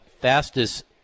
fastest –